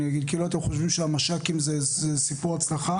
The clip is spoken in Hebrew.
כאילו אתם חושבים שהמש"קים זה סיפור הצלחה